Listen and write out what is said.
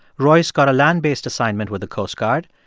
royce got a land-based assignment with the coast guard.